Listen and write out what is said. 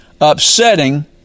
upsetting